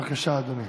בבקשה, אדוני.